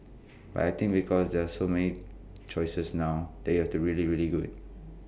but I think because there are so many choices now that you have to be really really good